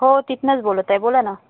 हो तिथनंच बोलत आहे बोला ना